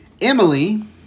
Emily